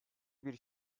bir